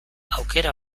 aukera